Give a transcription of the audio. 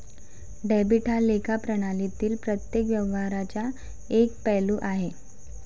debit हा लेखा प्रणालीतील प्रत्येक व्यवहाराचा एक पैलू आहे